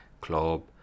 club